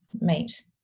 meet